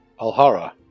Alhara